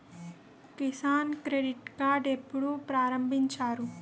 Kisan credit card ఎప్పుడు ప్రారంభించారు?